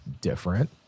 different